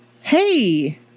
hey